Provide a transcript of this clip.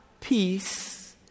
peace